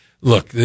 look